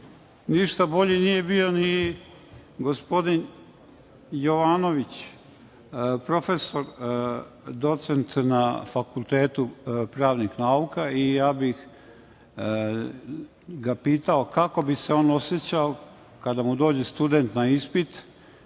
bolji nije bio ni gospodin Jovanović, docent na Fakultetu pravnih nauka. Pitao bih ga kako bi se on osećao kada mu dođe student na ispit